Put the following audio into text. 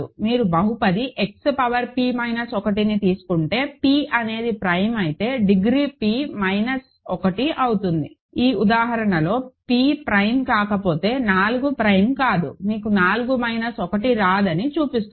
మీరు బహుపది X power p minus 1ని తీసుకుంటే p అనేది ప్రైమ్ అయితే డిగ్రీ p మైనస్ 1 అవుతుంది ఈ ఉదాహరణలో pప్రైమ్ కాకపోతే 4 ప్రైమ్ కాదు మీకు 4 మైనస్ 1 రాదని చూపిస్తుంది